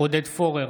עודד פורר,